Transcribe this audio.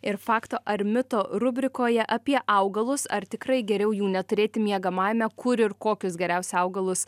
ir fakto ar mito rubrikoje apie augalus ar tikrai geriau jų neturėti miegamajame kur ir kokius geriausia augalus